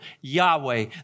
Yahweh